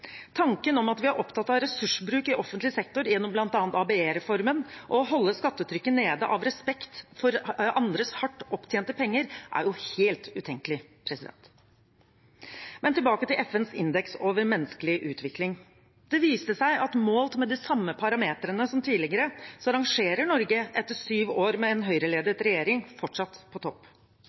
Tanken om at vi er opptatt av ressursbruk i offentlig sektor gjennom bl.a. ABE-reformen og å holde skattetrykket nede av respekt for andres hardt opptjente penger, er jo helt utenkelig. Tilbake til FNs indeks over menneskelig utvikling: Det viste seg at målt med de samme parameterene som tidligere rangerer Norge etter syv år med en Høyre-ledet regjering fortsatt på topp.